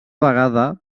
vegada